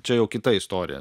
čia jau kita istorija